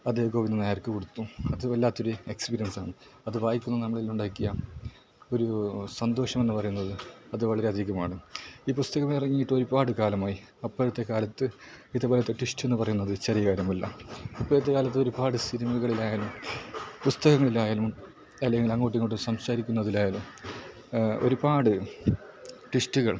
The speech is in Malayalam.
അത് ഗോവിന്ദൻ നായർക്ക് കൊടുത്തു അത് വല്ലാത്തൊരു എക്സ്സ്പീരിയൻസാണ് അത് വായിക്കുമ്പോൾ നമ്മളിൽ ഉണ്ടാക്കിയ ഒരു സന്തോഷം എന്ന് പറയുന്നത് അത് വളരെ അധികമാണ് ഈ പുസ്തകമിറങ്ങിയിട്ട് ഒരുപാട് കാലമായി അപ്പോഴത്തെ കാലത്ത് ഇത് പോലത്തെ ട്വിസ്റ്റെന്ന് പറയുന്നത് ചെറിയ കാര്യമല്ല ഇപ്പോഴത്തെ കാലത്ത് ഒരുപാട് സിനിമകളിലായാലും പുസ്തകങ്ങളിലായാലും അല്ലെങ്കിൽ അങ്ങോട്ടും ഇങ്ങോട്ടും സംസാരിക്കുന്നതിലായാലും ഒരുപാട് ട്വിസ്റ്റുകൾ